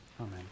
Amen